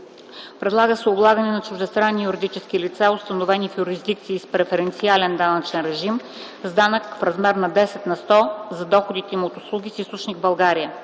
предлага се облагане на чуждестранни юридически лица, установени в юрисдикции с преференциален данъчен режим, с данък в размер на 10 на сто за доходите им от услуги с източник България;